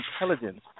intelligence